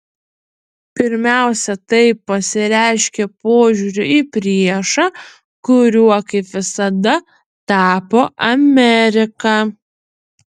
pirmiausia tai pasireiškė požiūriu į priešą kuriuo kaip visada tapo amerika